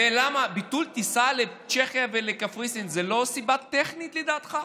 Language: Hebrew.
ביטול טיסה לצ'כיה ולקפריסין זה לא סיבה טכנית לדעתך?